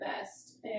best